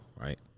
right